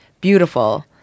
beautiful